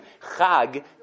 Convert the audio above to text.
Chag